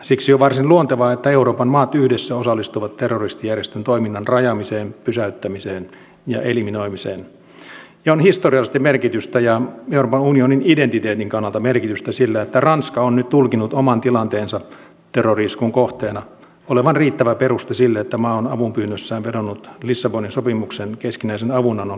siksi on varsin luontevaa että euroopan maat yhdessä osallistuvat terroristijärjestön toiminnan rajaamiseen pysäyttämiseen ja eliminoimiseen ja on historiallisesti merkitystä ja euroopan unionin identiteetin kannalta merkitystä sillä että ranska on nyt tulkinnut oman tilanteensa terrori iskun kohteena olevan riittävä peruste sille että maa on avunpyynnössään vedonnut lissabonin sopimuksen keskinäisen avunannon lausekkeeseen